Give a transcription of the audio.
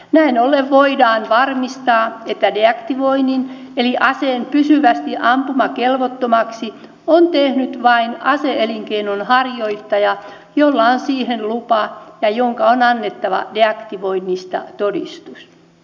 näin ollen voidaan varmistaa että deaktivoinnin eli aseen pysyvästi ampumakelvottomaksi on tehnyt vain ase elinkeinonharjoittaja jolla on siihen lupa ja jonka on annettava deaktivoinnista todistus